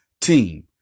team